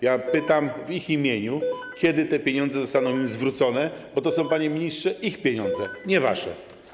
Ja pytam w ich imieniu, kiedy te pieniądze zostaną im zwrócone, bo to są, panie ministrze, ich pieniądze, nie wasze.